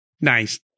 nice